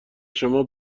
شما